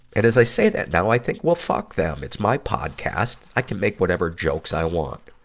and as i say that now, i think, well, fuck them! it's my podcast. i can make whatever jokes i want.